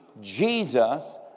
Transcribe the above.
Jesus